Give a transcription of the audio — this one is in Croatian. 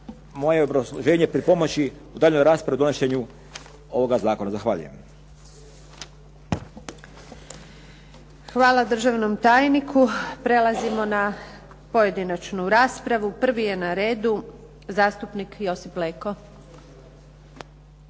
moje obrazloženje pripomoći u daljnjoj raspravi u donošenju ovoga zakona. Zahvaljujem. **Antunović, Željka (SDP)** Hvala državnom tajniku. Prelazimo na pojedinačnu raspravu. Prvi je na redu zastupnik Josip Leko.